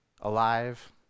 alive